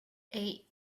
eight